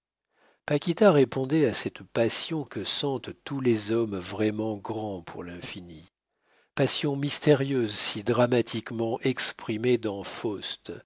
paquita répondait à cette passion que sentent tous les hommes vraiment grands pour l'infini passion mystérieuse si dramatiquement exprimée dans